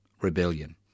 rebellion